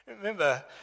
Remember